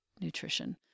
nutrition